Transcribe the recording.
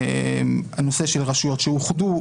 הנושא של רשויות שאוחדו.